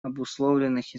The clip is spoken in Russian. обусловленных